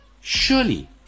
Surely